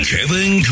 Kevin